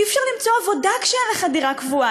אי-אפשר למצוא עבודה כשאין לך דירה קבועה,